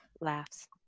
Laughs